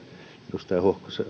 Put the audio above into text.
edustaja